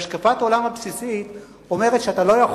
השקפת העולם הבסיסית אומרת שאתה לא יכול